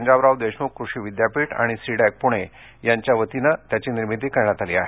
पंजाबराव देशमुख कृषी विद्यापीठ आणि सी डँक पुणे यांच्याच्या वतीने त्याची निर्मिती करण्यात आली आहे